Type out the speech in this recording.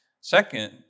Second